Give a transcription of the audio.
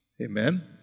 Amen